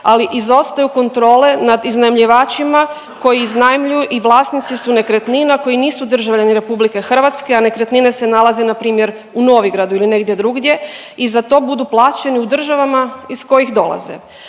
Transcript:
ali izostaju kontrole nad iznajmljivačima koji iznajmljuju i vlasnici su nekretnina koji nisu državljani Republike Hrvatske, a nekretnine se nalaze na primjer u Novigradu ili negdje drugdje i za to budu plaćeni u državama iz kojih dolaze.